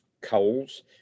coals